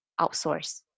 outsource